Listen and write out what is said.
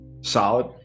Solid